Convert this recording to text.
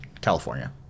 California